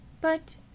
But